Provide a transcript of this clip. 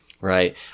Right